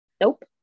Nope